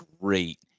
great